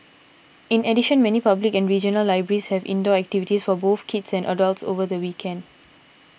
in addition many public and regional libraries have indoor activities for both kids and adults over the weekend